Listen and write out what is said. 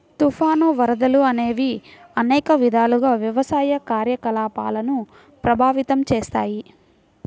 తుఫాను, వరదలు అనేవి అనేక విధాలుగా వ్యవసాయ కార్యకలాపాలను ప్రభావితం చేస్తాయి